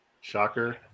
Shocker